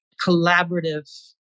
collaborative